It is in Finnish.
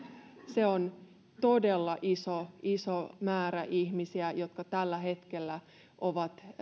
se on todella iso iso määrä ihmisiä jotka tällä hetkellä ovat